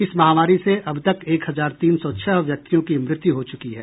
इस महामारी से अब तक एक हजार तीन सौ छह व्यक्तियों की मृत्यु हो चुकी हैं